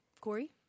Corey